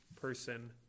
person